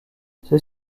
ceux